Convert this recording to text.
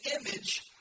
image